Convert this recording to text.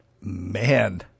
Man